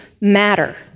matter